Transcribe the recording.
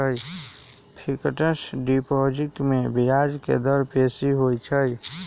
fixed deposit में ब्याज के दर बेशी होइ छइ